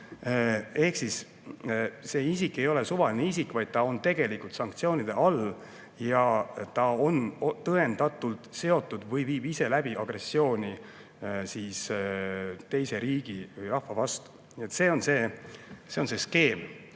Ehk siis see isik ei ole suvaline isik, vaid ta on tegelikult sanktsioonide all, sest ta on tõendatult seotud või viib ise läbi agressiooni teise riigi või rahva vastu. See on see skeem.